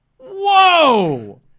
Whoa